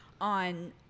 on